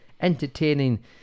entertaining